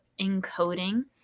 encoding